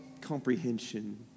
comprehension